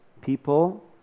people